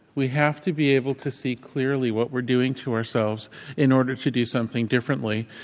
we have to be able to see clearly what we're doing to ourselves in order to do something differently.